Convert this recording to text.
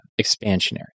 expansionary